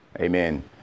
Amen